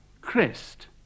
Christ